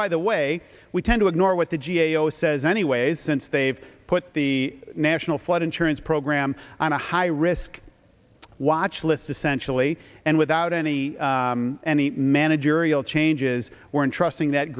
by the way we tend to ignore what the g a o says anyways since they've put the national flood insurance program on a high risk watch list essentially and without any managerial changes or untrusting that